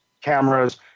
cameras